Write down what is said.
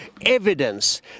evidence